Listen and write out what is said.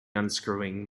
unscrewing